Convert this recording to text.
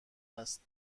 است